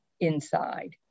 inside